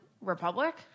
Republic